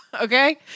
okay